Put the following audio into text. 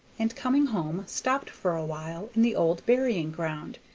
and coming home stopped for a while in the old burying-ground,